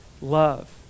love